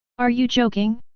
are you joking?